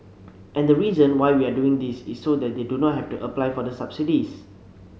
and the reason why we are doing this is so that they do not have to apply for the subsidies